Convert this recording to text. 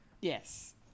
Yes